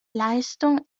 leistung